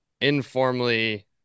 informally